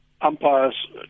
umpires